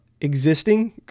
existing